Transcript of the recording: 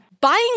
Buying